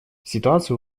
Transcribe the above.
ситуацию